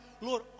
Lord